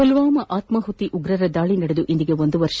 ಪುಲ್ವಾಮಾ ಆತ್ಮಾಹುತಿ ಉಗ್ರರ ದಾಳಿ ನಡೆದು ಇಂದಿಗೆ ಒಂದು ವರ್ಷ